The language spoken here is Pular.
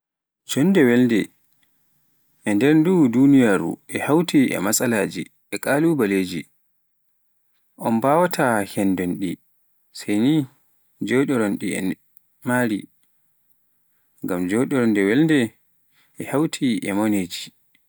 joonde welnde e nder ndu duniyaaru e hawti e matsalaaji, e kalubaaleji a mbawaata hennɗi sai ni njooɗorɗe e maari, ngam joonde welnde e hawti e moneeji.